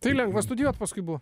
tai lengva studijuoti paskubu